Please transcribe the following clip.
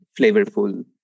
flavorful